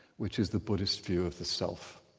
which is the buddhist view of the self.